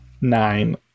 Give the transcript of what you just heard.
Nine